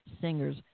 singer's